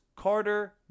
Carter